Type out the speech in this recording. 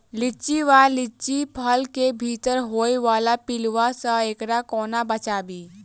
लिच्ची वा लीची केँ फल केँ भीतर होइ वला पिलुआ सऽ एकरा कोना बचाबी?